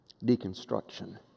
Deconstruction